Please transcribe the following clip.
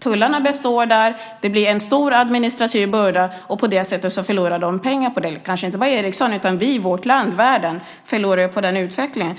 stället består tullarna, den administrativa bördan blir stor och på det sättet förlorar de pengar. Det gäller kanske inte bara Ericsson, utan även vårt land och världen förlorar på den utvecklingen.